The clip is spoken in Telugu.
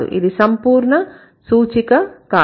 ఇది సంపూర్ణ సూచిక కాదు